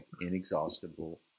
inexhaustible